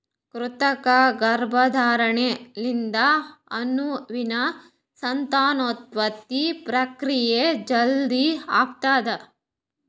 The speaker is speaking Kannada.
ಕೃತಕ ಗರ್ಭಧಾರಣೆ ಲಿಂತ ಹಸುವಿನ ಸಂತಾನೋತ್ಪತ್ತಿ ಪ್ರಕ್ರಿಯೆ ಜಲ್ದಿ ಆತುದ್